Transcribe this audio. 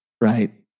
right